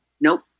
Nope